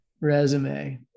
resume